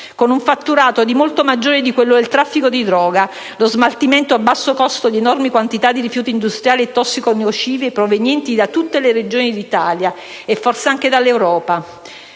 con un fatturato molto maggiore di quello del traffico di droga: lo smaltimento a basso costo di enormi quantità di rifiuti industriali e tossico-nocivi provenienti da tutte le Regioni d'Italia, e forse anche dall'Europa.